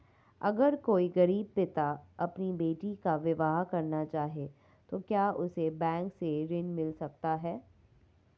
अगर कोई गरीब पिता अपनी बेटी का विवाह करना चाहे तो क्या उसे बैंक से ऋण मिल सकता है?